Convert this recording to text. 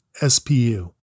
SPU